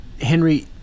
Henry